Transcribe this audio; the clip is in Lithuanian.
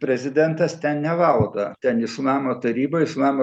prezidentas ten nevaldo ten islamo taryba islamo